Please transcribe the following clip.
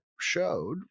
showed